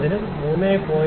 R - Zero Error 3